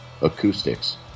acoustics